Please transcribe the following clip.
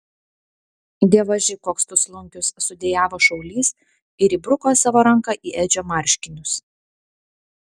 dievaži koks tu slunkius sudejavo šaulys ir įbruko savo ranką į edžio marškinius